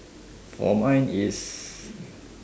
for mine is